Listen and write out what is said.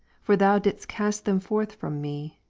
for thou didst cast them forth from me,